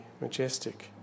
majestic